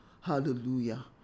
Hallelujah